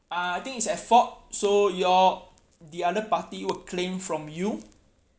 uh I think is at fault so your the other party will claim from you